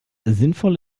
sinnvoll